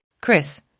Chris